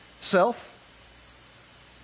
Self